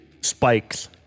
spikes